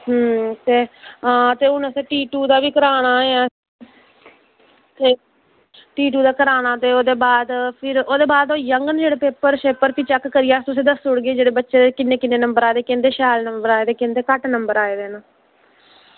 आं ठीक भी हून असें टी टू दा बी कराना ते टी टू दा कराना ते ओह्दे बाद होई जाङन जेल्लै पेपर ते ओह्दे बाद चैक कराइयै क किन्ने नंबर आये दे कुंदे शैल नंबर आये दे कुंदे घट्ट नंबर आये दे न